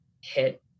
hit